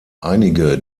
einige